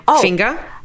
finger